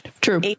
true